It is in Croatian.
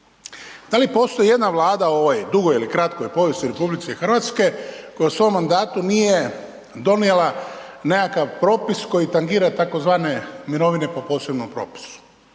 da li postoji ijedna vlada u ovoj dugoj ili kratkoj povijesti RH koja u svom mandatu nije donijela nekakav propis koji tangira tzv. mirovine po posebnom propisu?